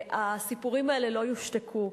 הסיפורים האלה לא יושתקו.